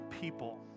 people